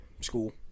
school